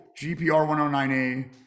GPR109A